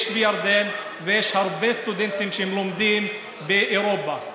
יש בירדן ויש הרבה סטודנטים שלומדים באירופה.